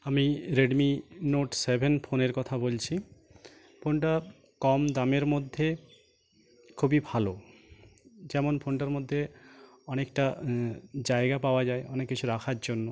আমি Redmi note seven ফোনের কথা বলছি ফোনটা কম দামের মধ্যে খুবই ভালো যেমন ফোনটার মধ্যে অনেকটা জায়গা পাওয়া যায় অনেক কিছু রাখার জন্য